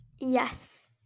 Yes